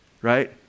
right